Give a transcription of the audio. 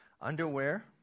underwear